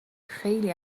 خیلی